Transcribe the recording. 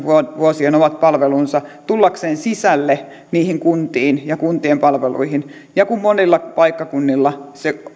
vuosien palvelunsa tullakseen sisälle niihin kuntiin ja kuntien palveluihin ja kun monilla paikkakunnilla